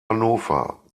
hannover